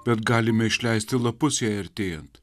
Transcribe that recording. bet galime išleisti lapus jai artėjant